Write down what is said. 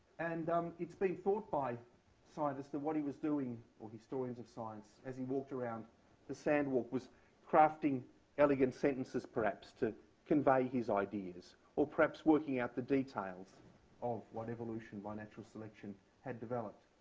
and um it's been thought by scientists that what he was doing or historians of science as he walked around the sandwalk was crafting elegant sentences, perhaps, to convey his ideas, or perhaps working out the details of what evolution by natural selection had developed.